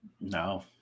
No